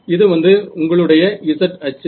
இது வந்து உங்களுடைய z அச்சு